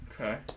Okay